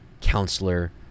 counselor